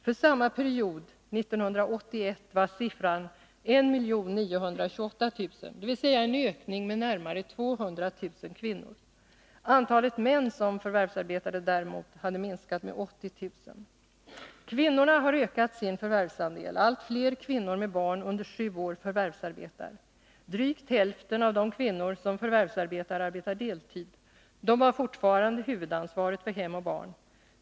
För samma period 1982 var siffran 1928 000, dvs. en ökning med närmare 200 000. Antalet män som förvärvsarbetade hade däremot minskat med 80 000. Kvinnorna har ökat sin förvärvsandel. Allt fler kvinnor med barn under sju år förvärvsarbetar. Drygt hälften av de kvinnor som förvärvsarbetar arbetar deltid. De har fortfarande huvudansvaret för hem och barn.